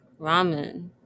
ramen